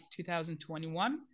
2021